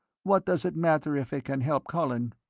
what does it matter if it can help colin?